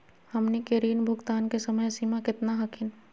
हमनी के ऋण भुगतान के समय सीमा केतना हखिन?